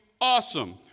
awesome